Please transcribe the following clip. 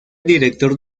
director